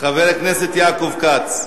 חבר הכנסת יעקב כץ.